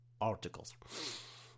articles